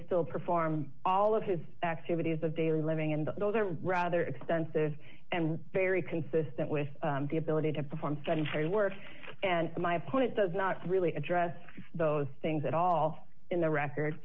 still perform all of his activities of daily living and those are rather expensive and very consistent with the ability to perform sudden hard work and my opponent does not really address those things at all in the record